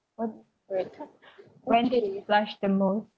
when did you blushed the most